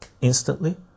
instantly